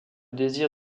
désir